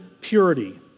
purity